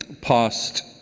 past